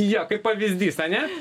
jo kaip pavyzdys ane